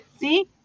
See